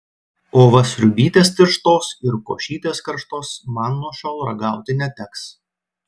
o va sriubytės tirštos ir košytės karštos man nuo šiol ragauti neteks